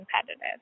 competitive